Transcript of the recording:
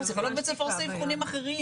פסיכולוג בית ספר עושה אבחונים אחרים.